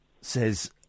Says